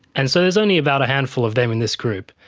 and so there's only about a handful of them in this group,